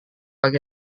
laki